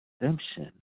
redemption